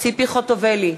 ציפי חוטובלי,